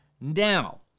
now